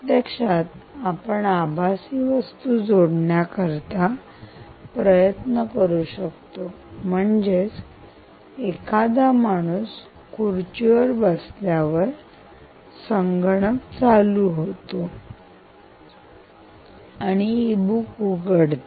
प्रत्यक्षात आपण आभासी वस्तू जोडण्याकरिता प्रयत्न करू शकतो म्हणजेच एखादा माणूस खुर्चीवर बसल्यानंतर संगणक चालू होतो आणि ई बुक उघडते